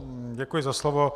Děkuji za slovo.